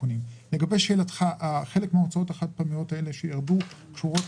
חלק מההוצאות החד פעמיות שירדו קשורות